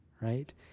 right